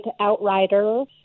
outriders